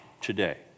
today